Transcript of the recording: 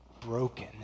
broken